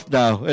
now